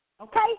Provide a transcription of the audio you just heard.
Okay